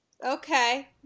Okay